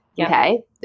Okay